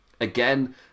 Again